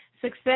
Success